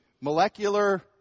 molecular